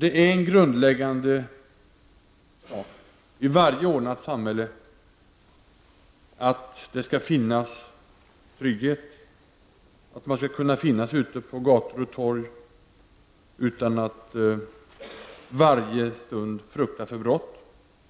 Det är grundläggande i varje ordnat samhälle att det skall finnas trygghet. Att vi skall kunna vistas ute på gator och torg utan att varje stund frukta för brott,